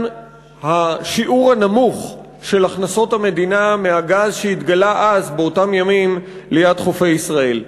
השיעור הנמוך של הכנסות המדינה מהגז שהתגלה באותם ימים ליד חופי ישראל.